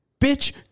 bitch